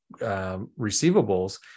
receivables